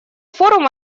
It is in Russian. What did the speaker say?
форум